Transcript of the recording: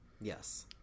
Yes